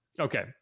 Okay